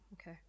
Okay